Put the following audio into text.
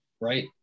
right